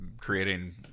creating